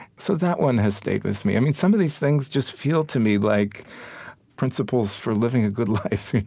so that one has stayed with me. i mean, some of these things just feel to me like principles for living a good life.